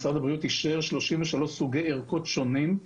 משרד הבריאות אישר 33 סוגי ערכות שונים.